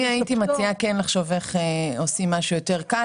אני הייתי מציעה כן לחשוב איך עושים משהו יותר קל.